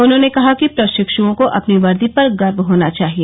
उन्होंने कहा कि प्रशिक्ष्यों को अपनी वर्दी पर गर्व होना चाहिए